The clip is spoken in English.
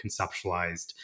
conceptualized